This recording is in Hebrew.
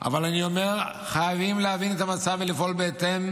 אבל אני אומר, חייבים להבין את המצב ולפעול בהתאם,